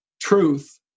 truth